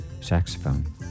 saxophone